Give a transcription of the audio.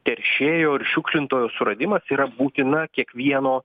teršėjo ir šiukšlintojo suradimas yra būtina kiekvieno